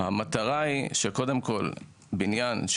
המטרה היא שקודם כול הבניין...